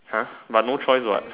!huh! but no choice what